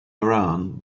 iran